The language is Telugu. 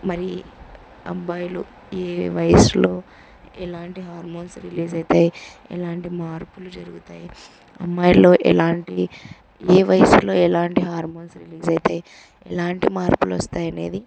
మరి అబ్బాయిలు ఏ వయసులో ఎలాంటి హార్మోన్స్ రిలీజ్ అవుతాయి ఎలాంటి మార్పులు జరుగుతాయి అమ్మాయిల్లో ఎలాంటి ఏ వయసులో ఎలాంటి హార్మోన్స్ రిలీజ్ అవుతాయి ఎలాంటి మార్పులు వస్తాయనేది